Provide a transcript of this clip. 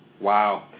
Wow